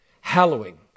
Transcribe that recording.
hallowing